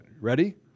Ready